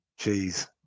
Jeez